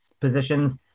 positions